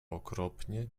okropnie